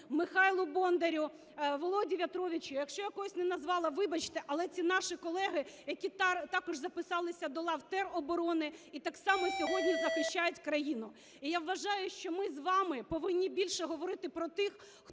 Михайлу Бондарю, Володі В'ятровичу, якщо я кого не назвала, вибачте. Але ці наші колеги, які також записалися до лав тероборони і так само сьогодні захищають країну. І я вважаю, що ми з вами повинні більше говорити про тих,